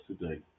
today